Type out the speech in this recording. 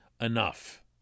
enough